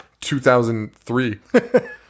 2003